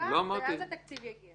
החקיקה ואז התקציב יגיע.